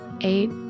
eight